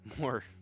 more